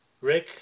Rick